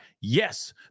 Yes